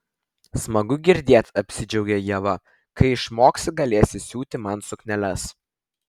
smagu girdėt apsidžiaugė ieva kai išmoksi galėsi siūti man sukneles